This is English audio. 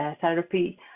therapy